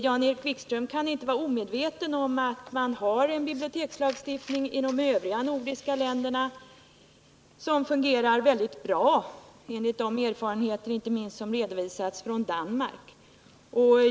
Jan-Erik Wikström kan inte vara omedveten om att man inom de övriga nordiska länderna har en bibliotekslagstiftning, som fungerar mycket bra, enligt de erfarenheter som redovisats inte minst från Danmark.